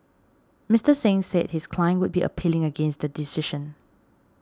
Mister Singh said his client would be appealing against the decision